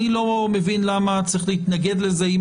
אני לא מבין למה צריך להתנגד לזה אם